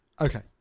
Okay